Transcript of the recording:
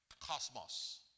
cosmos